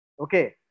Okay